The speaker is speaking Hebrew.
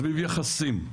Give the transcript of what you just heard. סביב יחסים.